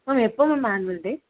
ma'am எப்போ ma'am annual டே